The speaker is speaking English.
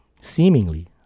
seemingly